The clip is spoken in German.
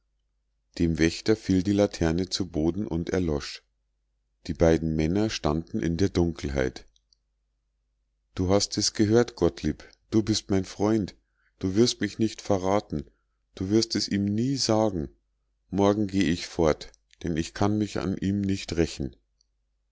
dem wächter fiel die laterne zu boden und erlosch die beiden männer standen in der dunkelheit du hast es gehört gottlieb du bist mein freund du wirst mich nicht verraten du wirst es ihm nie sagen morgen geh ich fort denn ich kann mich an ihm nicht rächen